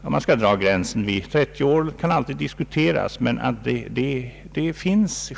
Om man skall dra gränsen vid villor som är 30 år kan alltid diskuteras.